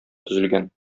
төзелгән